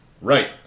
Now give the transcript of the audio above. Right